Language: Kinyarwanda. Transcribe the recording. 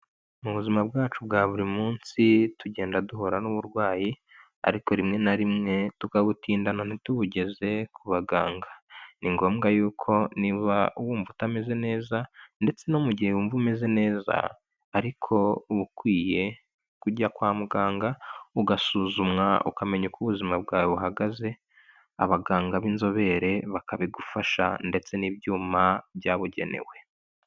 Mu buzima bwacu bwa buri munsi tugenda duhura n'uburwayi ariko rimwe na rimwe tukabutindana ntitubugeze ku baganga. Ni ngombwa yuko niba wumva utameze neza ndetse no mu gihe wumva umeze neza ariko uba ukwiye kujya kwa muganga ugasuzumwa ukamenya uko ubuzima bwawe buhagaze abaganga b'inzobere bakabigufasha ndetse n'ibyuma byabugenewe.